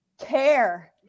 care